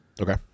Okay